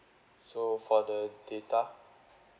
so for the data